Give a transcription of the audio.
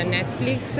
Netflix